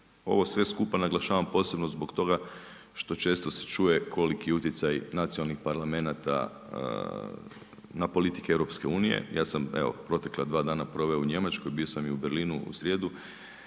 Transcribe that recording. Ovo sve skupa naglašavam posebno zbog toga što se često čuje koliki utjecaj nacionalnih parlamenata na politike EU. Ja sam protekla dva dana proveo u Njemačkoj, bio sam u Berlinu u srijedu